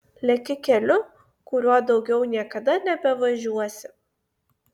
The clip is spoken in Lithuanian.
leki keliu kuriuo daugiau niekada nebevažiuosi